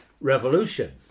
Revolution